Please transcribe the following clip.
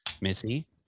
missy